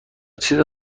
چیز